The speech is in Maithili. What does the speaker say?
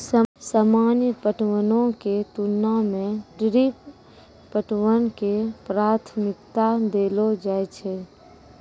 सामान्य पटवनो के तुलना मे ड्रिप पटवन के प्राथमिकता देलो जाय छै